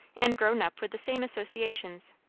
and grown up with the same associations.